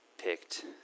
picked